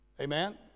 Amen